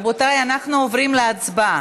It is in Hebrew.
רבותיי, אנחנו עוברים להצבעה.